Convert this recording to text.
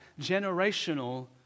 generational